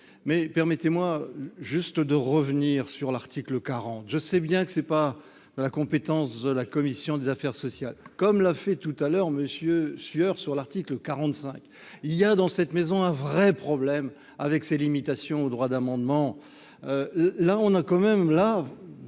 mais permettez-moi juste de revenir sur l'article, je sais bien que c'est pas de la compétence de la commission des affaires sociales, comme l'a fait tout à l'heure monsieur Sueur sur l'article 45, il y a dans cette maison, un vrai problème avec ces limitations au droit d'amendement, là on a quand même